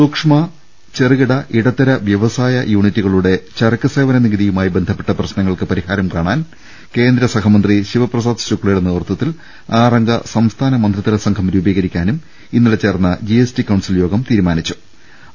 സൂക്ഷ്മ ചെറുകിട ഇടത്തര വൃവസായ യൂണിറ്റുകളുടെ ചരക്കുസേവന നികുതിയുമായി ബന്ധപ്പെട്ട പ്രശ്നങ്ങൾക്ക് പരിഹാരം കാണാൻ കേന്ദ്രസഹ്മന്ത്രി ശിവപ്രസാദ് ശുക്ല യുടെ നേതൃത്വത്തിൽ ആറംഗ് സംസ്ഥാന മന്ത്രിതല സംഘം രൂപീകരിക്കാനും ഇന്നലെ ചേർന്ന ജി എസ് ടി കൌൺസിൽ യോഗം തീരുമാനിച്ചിട്ടുണ്ട്